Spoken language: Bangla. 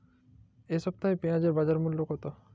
এ সপ্তাহে পেঁয়াজের বাজার মূল্য কত?